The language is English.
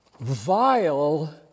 vile